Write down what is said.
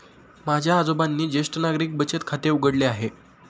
माझ्या आजोबांनी ज्येष्ठ नागरिक बचत खाते उघडले आहे